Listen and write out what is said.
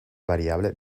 variable